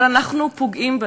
אבל אנחנו פוגעים בהם,